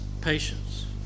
patience